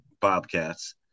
Bobcats